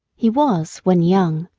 he was, when young,